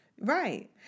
Right